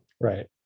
Right